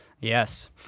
Yes